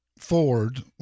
Ford